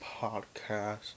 podcast